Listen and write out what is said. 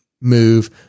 move